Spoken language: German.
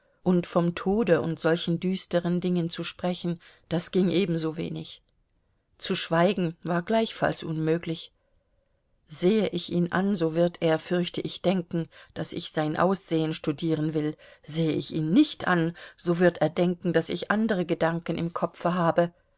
und vom tode und solchen düsteren dingen zu sprechen das ging ebensowenig zu schweigen war gleichfalls unmöglich sehe ich ihn an so wird er fürchte ich denken daß ich sein aussehen studieren will sehe ich ihn nicht an so wird er denken daß ich andere gedanken im kopfe habe